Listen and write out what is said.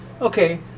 Okay